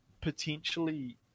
potentially